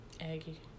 Aggie